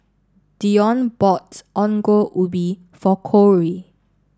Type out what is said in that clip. Dione bought Ongol Ubi for Kory